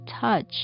touch